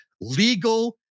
legal